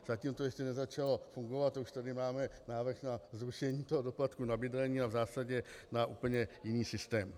Zatím to ještě nezačalo fungovat, a už tady máme návrh na zrušení toho doplatku na bydlení a v zásadě na úplně jiný systém.